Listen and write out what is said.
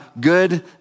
good